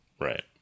Right